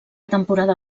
temporada